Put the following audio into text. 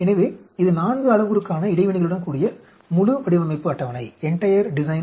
எனவே இது 4 அளவுருவுக்கான இடைவினைகளுடன் கூடிய முழு வடிவமைப்பு அட்டவணை